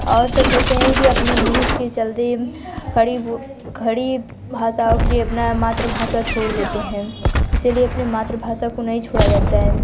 और सब होते हैं कि अपने इंग्लिस कि चलते खड़ी खड़ी भाषाओं के लिए अपना मातृभाषा छोड़ देते हैं इसलिए अपने मातृभाषा को नहीं छोड़ा जाता है